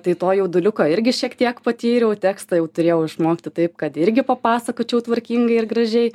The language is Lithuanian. tai to jauduliuko irgi šiek tiek patyriau tekstą jau turėjau išmokti taip kad irgi papasakočiau tvarkingai ir gražiai